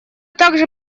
также